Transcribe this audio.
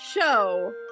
show